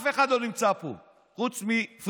אף אחד לא נמצא פה חוץ מפריג',